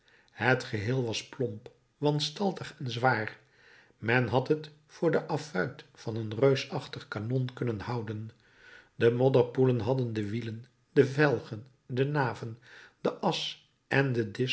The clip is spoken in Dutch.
het geheel was plomp wanstaltig en zwaar men had het voor de affuit van een reusachtig kanon kunnen houden de modderpoelen hadden de wielen de velgen de naven de as en